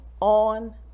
on